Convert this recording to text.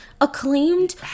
acclaimed